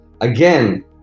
again